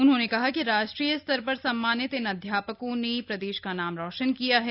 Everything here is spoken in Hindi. उन्होंने कहा कि राष्ट्रीय स्तर पर सम्मानित इन अध्यापकों ने प्रदेश का नाम रोशन किया है